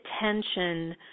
attention